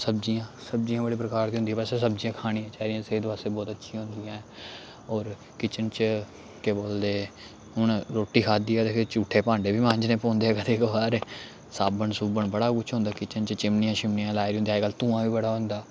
सब्जियां सब्जियां बड़े प्रकार दी होंदियां वेसे सब्जियां खानियां चाहिदियां सेह्त वास्तै बहुत अच्छियां होंदियां ऐ होर किचन च केह् बोलदे हून रुट्टी खाद्धी ऐ ते फिर जूठे भांडे बी मांजने पौंदे कदें कदार बार साबन सुबन बड़ा कुछ होंदा किचन च चिमनियां शिमनियां लाई दी होंदियां अज्जकल धुआं बी बड़ा होंदा